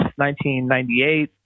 1998